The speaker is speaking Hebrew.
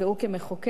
כמחוקק,